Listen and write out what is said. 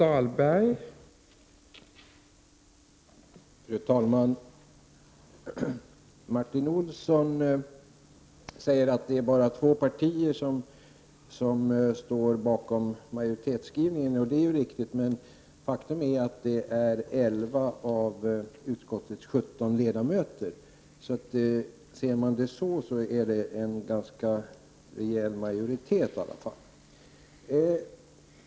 Fru talman! Martin Olsson sade att det bara är två partier som står bakom majoritetsskrivningen. Det är ju riktigt i och för sig, men faktum är att i de två partierna återfinns 11 av utskottets 17 ledamöter. Ser man saken på det sättet är det en ganska rejäl majoritet i alla fall.